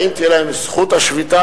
האם תהיה להם זכות השביתה,